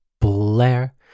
Blair